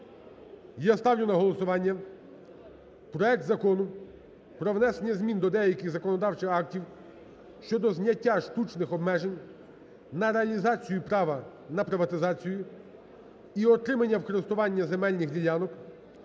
я ставлю на голосування проект Закону про внесення змін до деяких законодавчих актів щодо зняття штучних обмежень на реалізацію права на приватизацію і отримання в користування земельних ділянок